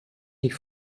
nicht